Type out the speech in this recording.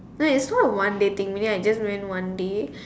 so it's not a one day thing meaning I just went one day